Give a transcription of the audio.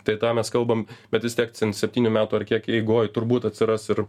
tai tą mes kalbam bet vis tiek ten septynių metų ar kiek eigoj turbūt atsiras ir